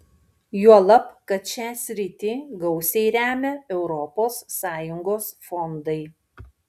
juolab kad šią sritį gausiai remia europos sąjungos fondai